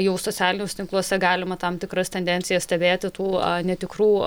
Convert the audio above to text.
jau socialiniuose tinkluose galima tam tikras tendencijas stebėti tų netikrų